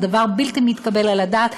זה דבר בלתי מתקבל על הדעת,